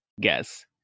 guess